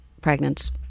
pregnant